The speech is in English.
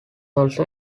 also